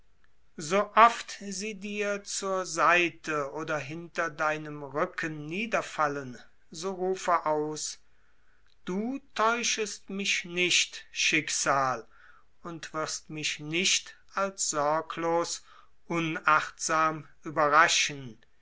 so oft sie dir zur seite oder hinter deinem rücken niederfallen so rufe aus du täuschest mich nicht schicksal und wirst mich nicht als sorglos unachtsam überraschen